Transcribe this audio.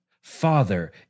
father